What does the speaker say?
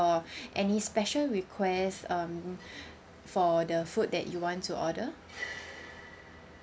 any special request um for the food that you want to order